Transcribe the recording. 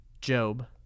Job